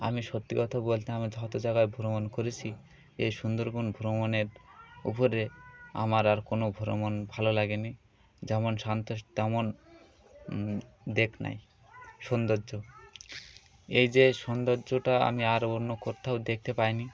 আমি সত্যিকথা বলতে আমি যতো জাগায় ভ্রমণ করেছি এই সুন্দরবন ভ্রমণের উপরে আমার আর কোনো ভ্রমণ ভালো লাগে নি যেমন শান্তষ তেমন দেফথ নোই সৌন্দর্য এই যে সৌন্দর্যটা আমি আর অন্য করতোও দেখতে পাই নি